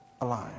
alive